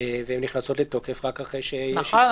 והן נכנסות לתוקף רק אחרי שיש --- נכון.